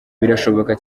birashoboka